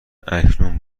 اکنون